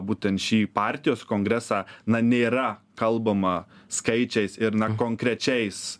būtent šį partijos kongresą na nėra kalbama skaičiais ir na konkrečiais